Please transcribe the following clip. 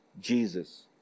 Jesus